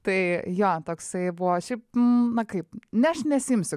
tai jo taksai buvo šiaip na kaip aš nesiimsiu